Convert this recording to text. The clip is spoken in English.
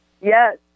Yes